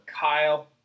Kyle